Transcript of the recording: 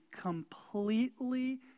completely